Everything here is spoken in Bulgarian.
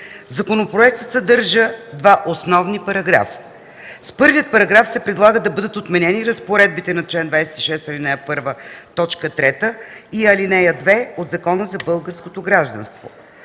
Законопроектът съдържа два основни параграфа. С първия параграф се предлага да бъдат отменени разпоредбите на чл. 26, ал. 1, т. 3 и ал. 2 от Закона за българското гражданство.